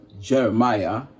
Jeremiah